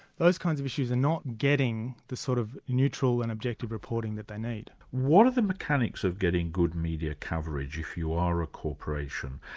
those kinds of issues are not getting the sort of neutral and objective reporting that they need. what are the mechanics of getting good media coverage if you are a corporation?